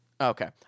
Okay